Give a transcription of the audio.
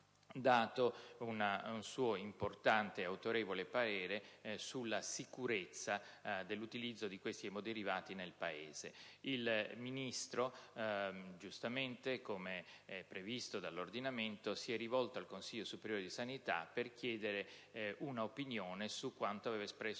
dato un suo importante e autorevole parere sulla sicurezza dell'utilizzo di questi emoderivati nel Paese. Il Ministro giustamente, come è previsto dell'ordinamento, si è rivolto al Consiglio superiore di sanità per chiedere un'opinione su quanto aveva espresso